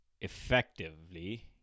effectively